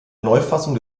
neufassung